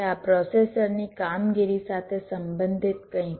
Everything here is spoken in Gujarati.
આ પ્રોસેસરની કામગીરી સાથે સંબંધિત કંઈક છે